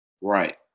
Right